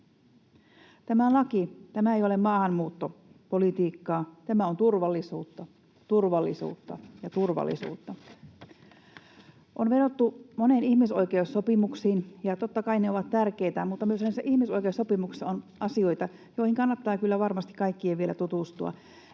Tämä laki, tämä ei ole maahanmuuttopolitiikkaa, tämä on turvallisuutta, turvallisuutta ja turvallisuutta. On vedottu moniin ihmisoikeussopimuksiin, ja totta kai ne ovat tärkeitä, mutta myös näissä ihmisoikeussopimuksissa on asioita, joihin kannattaa kyllä varmasti kaikkien vielä tutustua.